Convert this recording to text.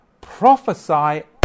prophesy